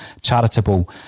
charitable